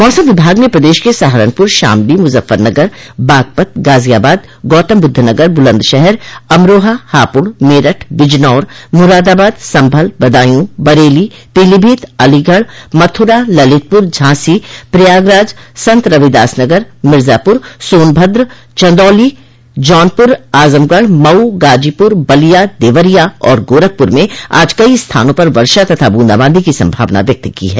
मौसम विभाग ने प्रदेश के सहारनपुर शामली मुजफ्फरनगर बागपत गाजियाबाद गौतमबुद्ध नगर बुलन्दशहर अमरोहा हापुड़ मेरठ बिजनौर मुरादाबाद संभल बदायू बरेली पीलीभीत अलीगढ़ मथुरा ललितपुर झांसी प्रयागराज संतरविदास नगर मिर्जापुर सोनभद्र चन्दौली जौनपुर आजमगढ़ मऊ गाजीपुर बलिया देवरिया और गोरखपुर में आज कई स्थानों पर वर्षा तथा बूंदाबांदी की संभावना व्यक्त की है